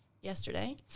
yesterday